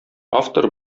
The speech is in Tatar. автор